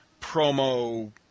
promo